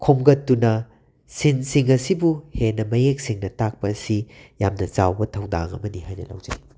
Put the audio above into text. ꯈꯣꯝꯒꯠꯇꯨꯅ ꯁꯤꯟꯁꯤꯡ ꯑꯁꯤꯕꯨ ꯍꯦꯟꯅ ꯃꯌꯦꯛ ꯁꯦꯡꯅ ꯇꯥꯛꯄ ꯑꯁꯤ ꯌꯥꯝꯅ ꯆꯥꯎꯕ ꯊꯧꯗꯥꯡ ꯑꯃꯅꯤ ꯍꯥꯏꯅ ꯂꯧꯖꯩ